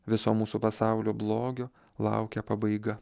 viso mūsų pasaulio blogio laukia pabaiga